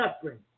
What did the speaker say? suffering